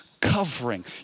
covering